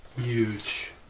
Huge